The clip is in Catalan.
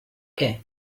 què